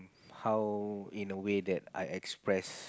how in a way that I express